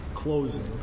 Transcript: Closing